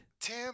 Tim